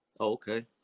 Okay